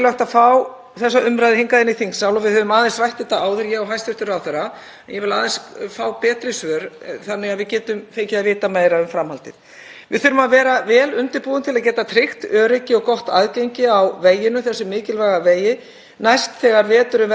Við þurfum að vera vel undirbúin til að geta tryggt öryggi og gott aðgengi á veginum, þessum mikilvæga vegi, næst þegar veturinn verður eins erfiður og nú. Þá þurfa að liggja fyrir skýrar áætlanir og raunhæfar aðgerðir sem taka bæði mið af veðri og mikilvægi vegarins.